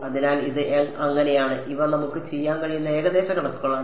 അതിനാൽ ഇത് അങ്ങനെയാണ് ഇവ നമുക്ക് ചെയ്യാൻ കഴിയുന്ന ഏകദേശ കണക്കുകളാണ്